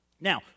Now